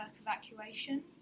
evacuation